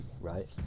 right